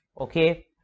Okay